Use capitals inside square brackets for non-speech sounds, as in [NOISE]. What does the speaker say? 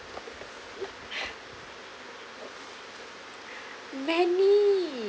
[LAUGHS] many